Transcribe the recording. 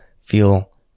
feel